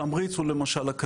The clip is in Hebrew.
תמריץ הוא למשל, אקדמיה,